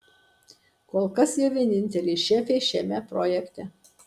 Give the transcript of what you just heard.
kol kas ji vienintelė šefė šiame projekte